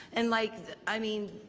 and like i mean,